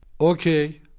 Okay